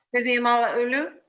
vivian malauulu.